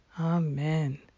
Amen